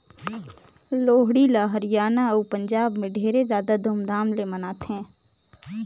लोहड़ी ल हरियाना अउ पंजाब में ढेरे जादा धूमधाम ले मनाथें